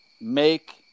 Make